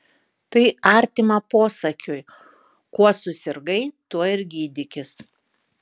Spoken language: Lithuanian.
tai artima posakiui kuo susirgai tuo ir gydykis